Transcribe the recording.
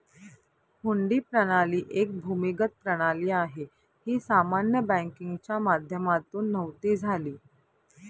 हुंडी प्रणाली एक भूमिगत प्रणाली आहे, ही सामान्य बँकिंगच्या माध्यमातून नव्हती झाली